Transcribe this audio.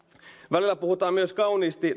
välillä puhutaan kauniisti